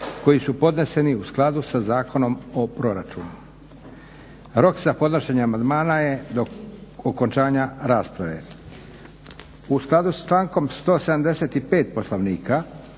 koji su podneseni u skladu sa Zakonom o proračunu. Rok za podnošenje amandmana je do okončanja rasprave. U skladu sa člankom 175. Poslovnika